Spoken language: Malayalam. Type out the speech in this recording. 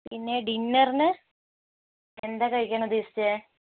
പിന്നെ ഡിന്നറിന് എന്താ കഴിക്കാൻ ഉദ്ദേശിച്ചത്